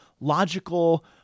logical